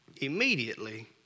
Immediately